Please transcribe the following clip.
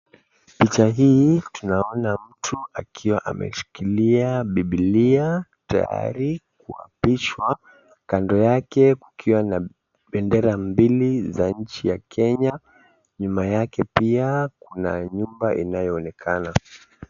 Picha hii tunaona mtu akiwa ameshikilia bibilia, tayari kuapishwa. Kando yake kukiwa na bendera mbili za nchi ya Kenya. Nyuma yake pia kuna nyumba inayo onekana.